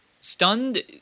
Stunned